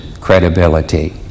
credibility